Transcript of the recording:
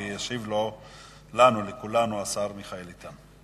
ישיב לכולנו השר מיכאל איתן.